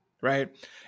Right